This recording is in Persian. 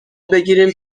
بگیریم